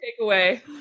takeaway